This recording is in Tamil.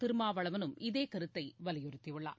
திருமாவளவலும் இதே கருத்தை வலியுறுத்தியுள்ளார்